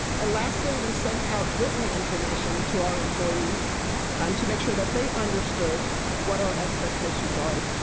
and lastly, we sent out written information to our employees um to make sure that they understood what our expectations are,